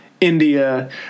india